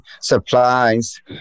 supplies